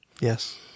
Yes